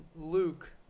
Luke